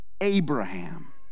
abraham